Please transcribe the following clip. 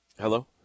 Hello